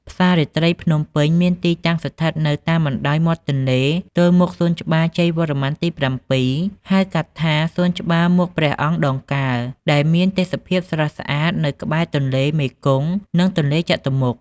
ផ្សាររាត្រីភ្នំពេញមានទីតាំងស្ថិតនៅតាមបណ្ដោយមាត់ទន្លេ ទល់មុខសួនច្បារជ័យវរ្ម័នទី៧ ហៅកាត់ថាសួនច្បារមុខព្រះអង្គដងកើ ដែលមានទេសភាពស្រស់ស្អាតនៅក្បែរទន្លេមេគង្គ និងទន្លេចតុមុខ។